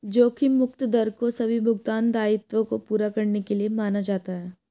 जोखिम मुक्त दर को सभी भुगतान दायित्वों को पूरा करने के लिए माना जाता है